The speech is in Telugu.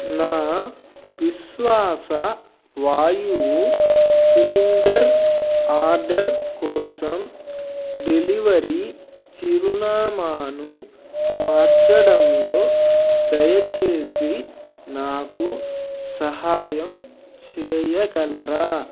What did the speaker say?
నా విశ్వాస వాయువు సిలిండర్ ఆర్డర్ కోసం డెలివరీ చిరునామాను మార్చడంలో దయచేసి నాకు సహాయం చేయగలరా